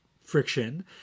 friction